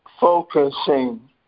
focusing